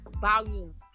volumes